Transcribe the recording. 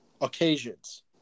occasions